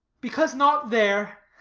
because not there.